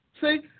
See